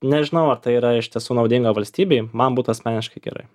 nežinau ar tai yra iš tiesų naudinga valstybei man būtų asmeniškai gerai